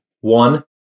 One